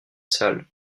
salle